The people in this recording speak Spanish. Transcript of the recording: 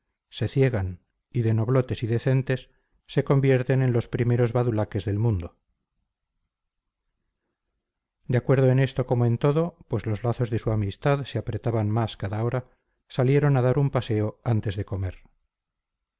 se ciegan y de noblotes y decentes se convierten en los primeros badulaques del mundo de acuerdo en esto como en todo pues los lazos de su amistad se apretaban más cada hora salieron a dar un paseo antes de comer